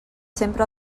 sempre